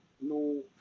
no